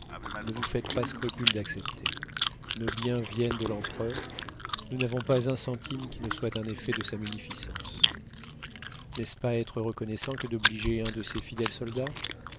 ne vous faites pas scrupule d'accepter nos biens viennent de l'empereur nous n'avons pas un centime qui ne soit un effet de sa munificence n'est-ce pas être reconnaissants que d'obliger un de ses fidèles soldats